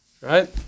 right